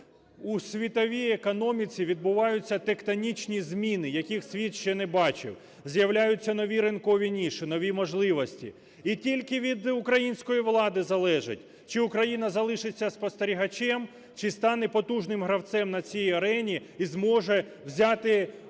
У світовій економіці відбуваються тектонічні зміни, яких світ ще не бачив, з'являються нові ринкові ніші, нові можливості. І тільки від української влади залежить, чи Україна залишиться спостерігачем, чи стане потужним гравцем на цій арені і зможе взяти суттєвий